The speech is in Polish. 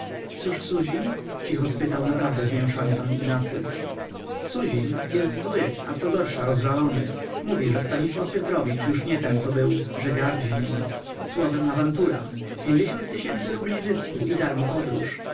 cóż suzin cicho spytał naprawdę zmięszany pan ignacy suzin jest zły a co gorsza rozżalony mówi że stanisław piotrowicz już nie ten co był że gardzi nim słowem awantura pięćdziesiąt tysięcy rubli zysku i darmo podróż